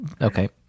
okay